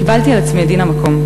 קיבלתי על עצמי את דין המקום,